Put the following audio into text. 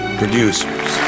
producers